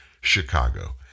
Chicago